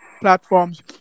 platforms